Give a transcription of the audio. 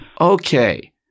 okay